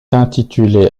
intitulé